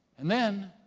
and then